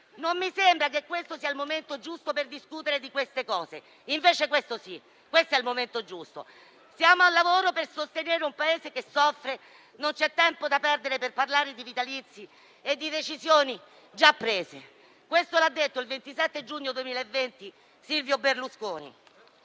Non mi sembra che questo sia il momento giusto per discutere di queste cose (invece questo sì, questo è il momento giusto). Siamo al lavoro per sostenere un Paese che soffre, non c'è tempo da perdere per parlare di vitalizi e di decisioni già prese. Questo lo ha detto il 27 giugno 2020 Silvio Berlusconi